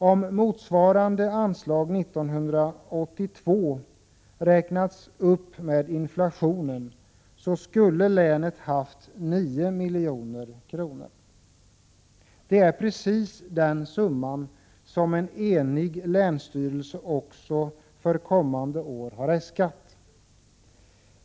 Om anslaget 1982 hade räknats upp med hänsyn till inflationen, skulle länet nu ha fått 9 milj.kr. Det är precis den summa som en enig länsstyrelse också för kommande år har äskat.